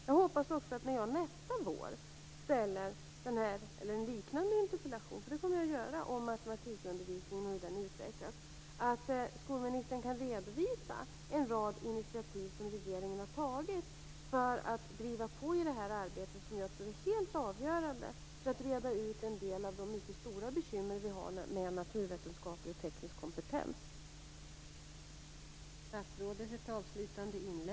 Jag hoppas också att skolministern, när jag nästa vår ställer en liknande interpellation - det kommer jag nämligen att göra - om matematikundervisningen och hur den utvecklas, kan redovisa en rad initiativ som regeringen har tagit för att driva på i detta arbete som jag tror är helt avgörande för att reda ut en del av de mycket stora bekymmer som vi har med naturvetenskaplig och teknisk kompetens.